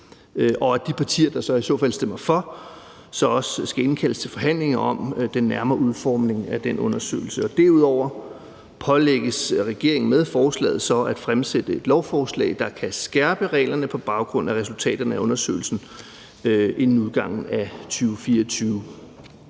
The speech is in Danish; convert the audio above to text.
og at de partier, der så i så fald stemmer for, så også skal indkaldes til forhandlinger om den nærmere udformning af den undersøgelse. Derudover pålægges regeringen med forslaget så at fremsætte et lovforslag, der kan skærpe reglerne på baggrund af resultaterne af undersøgelsen inden udgangen af 2024.